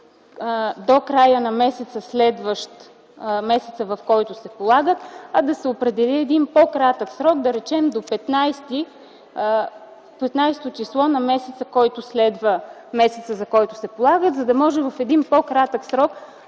до края на месеца, следващ месеца, в който се полагат, а да се определи един по-кратък срок. Да речем до 15-то число на месеца, който следва месеца, за който се полагат, за да може в един по-кратък срок